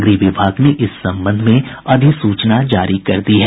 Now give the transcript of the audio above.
गृह विभाग ने इस संबंध में अधिसूचना जारी कर दी है